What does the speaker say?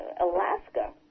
Alaska